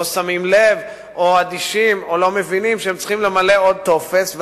לא שמים לב או אדישים או לא מבינים שהם צריכים למלא עוד טופס,